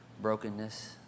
Brokenness